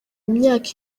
myaka